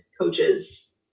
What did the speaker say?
coaches